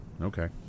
Okay